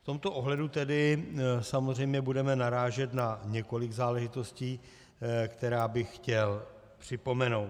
V tomto ohledu tedy samozřejmě budeme narážet na několik záležitostí, které bych chtěl připomenout.